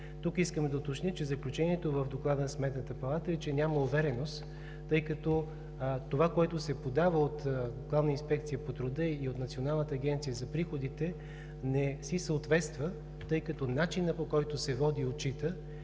Тук искам да уточня, че заключението в доклада на Сметната палата е, че няма увереност, тъй като това, което се подава от „Главна инспекция по труда“ и от Националната агенция за приходите, не си съответства, тъй като начинът, по който се води и